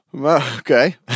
Okay